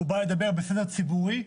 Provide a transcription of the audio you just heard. בסדר ציבורי,